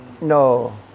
No